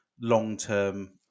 long-term